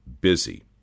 busy